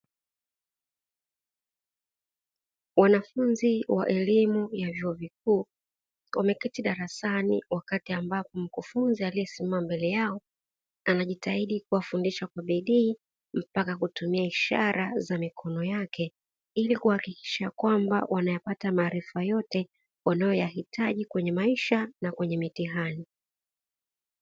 Wanafunzi wa elimu ya vyuo vikuu wameketi darasani wakati ambapo mkufunzi aliyesimama mbele yao, anajitahidi kuwafundisha kwa bidii, mpaka kutumia ishara za mikono yake, ili kuhakikisha kwamba wanayapata maarifa yote wanayoyahitaji kwenye maisha na kwenye mitihani.